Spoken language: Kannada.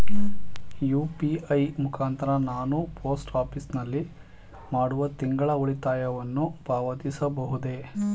ಯು.ಪಿ.ಐ ಮುಖಾಂತರ ನಾನು ಪೋಸ್ಟ್ ಆಫೀಸ್ ನಲ್ಲಿ ಮಾಡುವ ತಿಂಗಳ ಉಳಿತಾಯವನ್ನು ಪಾವತಿಸಬಹುದೇ?